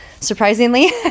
Surprisingly